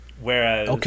Whereas